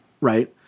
right